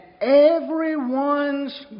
everyone's